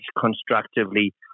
constructively